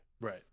right